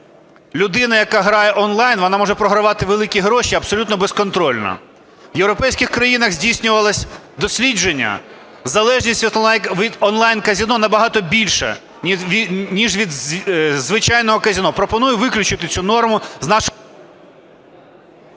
людина, яка грає онлайн, вона може програвати великі гроші абсолютно безконтрольно. У європейських країнах здійснювалось дослідження, залежність від онлайн-казино набагато більша ніж від звичайного казино. Пропоную виключити цю норму з нашого…